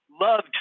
loved